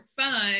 fun